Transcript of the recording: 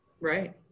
Right